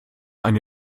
eine